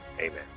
amen